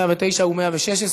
109 ו-116,